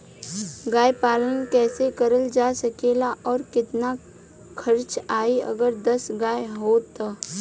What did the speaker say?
गाय पालन कइसे करल जा सकेला और कितना खर्च आई अगर दस गाय हो त?